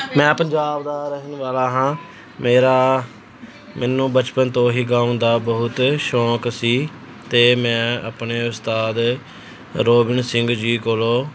ਮੈਂ ਪੰਜਾਬ ਦਾ ਰਹਿਣ ਵਾਲਾ ਹਾਂ ਮੇਰਾ ਮੈਨੂੰ ਬਚਪਨ ਤੋਂ ਹੀ ਗਾਉਣ ਦਾ ਬਹੁਤ ਸ਼ੌਕ ਸੀ ਅਤੇ ਮੈਂ ਆਪਣੇ ਉਸਤਾਦ ਰੋਬਿਨ ਸਿੰਘ ਜੀ ਕੋਲੋਂ